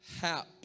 hap